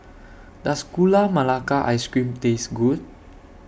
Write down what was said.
Does Gula Melaka Ice Cream Taste Good